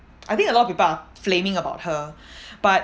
I think a lot of people are flaming about her but